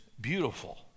beautiful